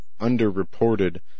underreported